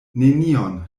nenion